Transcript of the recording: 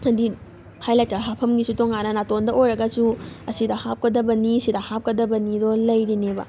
ꯍꯥꯏꯗꯤ ꯍꯥꯏ ꯂꯥꯏꯇꯔ ꯍꯥꯞꯐꯝꯒꯤꯁꯨ ꯇꯣꯉꯥꯟꯅ ꯅꯥꯇꯣꯟꯗ ꯑꯣꯏꯔꯒꯁꯨ ꯑꯁꯤꯗ ꯍꯥꯞꯀꯗꯕꯅꯤ ꯁꯤꯗ ꯍꯥꯞꯀꯗꯕꯅꯤꯗꯣ ꯂꯩꯔꯤꯅꯦꯕ